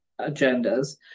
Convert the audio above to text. agendas